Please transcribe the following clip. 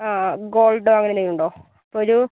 അ ആ ഗോൾഡോ അങ്ങനെന്തെങ്കിലും ഉണ്ടോ ഒരൂ